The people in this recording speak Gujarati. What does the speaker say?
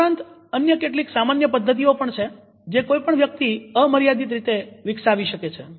આ ઉપરાંત અન્ય કેટલીક સામાન્ય પદ્ધતિઓ પણ છે જે કોઇપણ વ્યક્તિ અમર્યાદિત રીતે વિકસાવી શકે છે